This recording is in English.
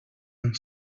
and